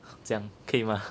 这样可以吗